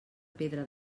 pedra